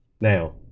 Now